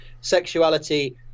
sexuality